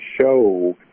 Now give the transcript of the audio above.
show